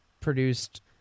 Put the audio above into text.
produced